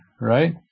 right